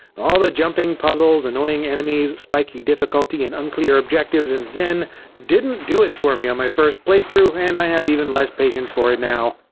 all the jumping puzzles, annoying enemies, spiky difficulty, and unclear objectives on and xen didn't do it for me on my first playthrough and i have even less patience for it now.